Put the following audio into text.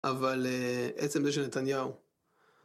אבל עצם זה שנתניהו.